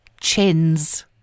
chins